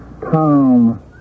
Tom